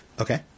Okay